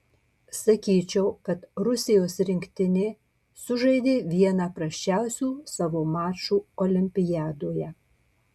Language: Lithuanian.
sakyčiau kad rusijos rinktinė sužaidė vieną prasčiausių savo mačų olimpiadoje